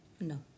No